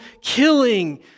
killing